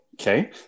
Okay